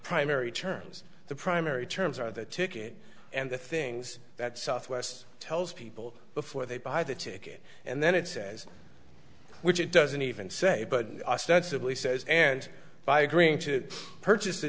primary terms the primary terms are the ticket and the things that southwest tells people before they buy the ticket and then it says which it doesn't even say but ostensibly says and by agreeing to purchase